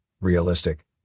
realistic